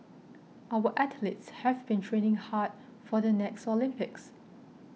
our athletes have been training hard for the next Olympics